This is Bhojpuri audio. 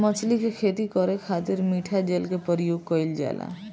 मछली के खेती करे खातिर मिठा जल के प्रयोग कईल जाला